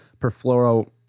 perfluoro